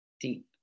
deep